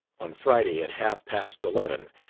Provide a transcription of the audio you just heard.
on friday, at half past eleven,